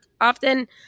often